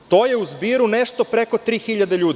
To je u zbiru nešto preko 3.000 ljudi.